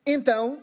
Então